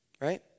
Right